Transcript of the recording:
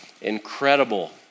incredible